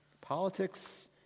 Politics